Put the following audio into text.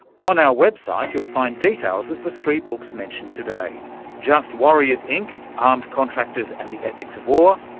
on our website you'll find details of the three books mentioned today just warriors, inc armed contractors and the ethics of war,